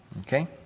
okay